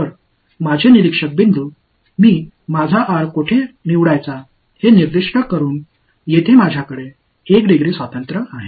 எனவே பார்வையாளர் புள்ளியான r ஐ எங்கு தேர்வு செய்ய வேண்டும் என்பதைக் குறிப்பிடுவதில் எனக்கு 1 டிகிரி சுதந்திரம் உள்ளது